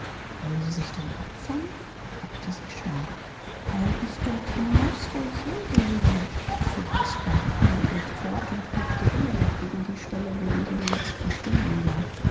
wollen sie sich denn opfern fragte sie starr weil ich dorthin muß wo ich hingehöre fuhr caspar unbeirrt fort und blickte immer noch gegen die stelle wo die sonne jetzt verschwunden war